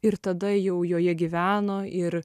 ir tada jau joje gyvena ir